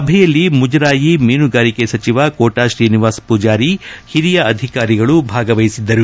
ಸಭೆಯಲ್ಲಿ ಮುಜರಾಯಿ ಮೀನುಗಾರಿಕೆ ಸಚಿವ ಕೋಟಾ ಶ್ರೀನಿವಾಸ ಪ್ರಜಾರಿ ಹಿರಿಯ ಅಧಿಕಾರಿಗಳು ಭಾಗವಹಿಸಿದ್ದರು